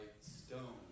stone